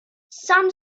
some